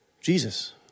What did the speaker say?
Jesus